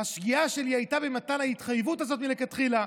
השגיאה שלי הייתה במתן ההתחייבות הזאת מלכתחילה.